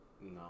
No